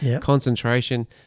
concentration